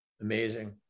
Amazing